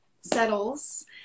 settles